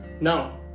Now